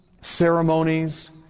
ceremonies